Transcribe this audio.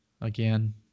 again